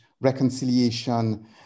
reconciliation